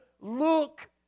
look